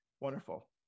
wonderful